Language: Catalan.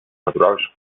naturals